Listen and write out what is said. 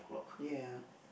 ya